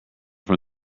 from